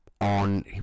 on